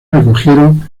recogieron